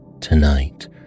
tonight